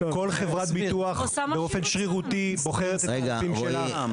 כל חברת ביטוח באופן שרירותי בוחרת את הרופאים של העם.